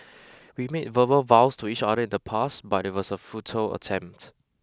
we made verbal vows to each other in the past but it was a futile attempt